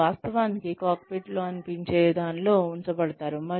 వారు వాస్తవానికి కాక్పిట్ వలె అనిపించే దానిలో ఉంచబడతారు